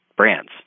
brands